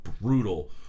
brutal